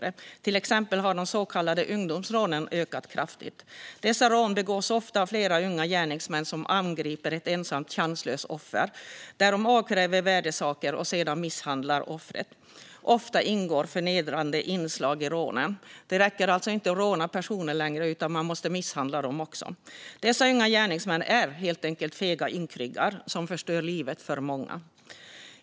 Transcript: Till exempel har de så kallade ungdomsrånen ökat kraftigt. Dessa rån begås ofta av flera unga gärningsmän som angriper ett ensamt chanslöst offer, som de avkräver värdesaker och sedan misshandlar. Ofta ingår förnedrande inslag i rånen. Det räcker alltså inte att råna personer längre, utan man måste misshandla dem också. Dessa unga gärningsmän är helt enkelt fega ynkryggar som förstör livet för många.